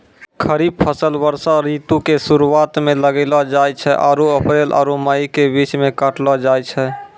खरीफ फसल वर्षा ऋतु के शुरुआते मे लगैलो जाय छै आरु अप्रैल आरु मई के बीच मे काटलो जाय छै